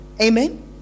Amen